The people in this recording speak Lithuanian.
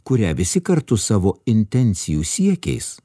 kurią visi kartu savo intencijų siekiais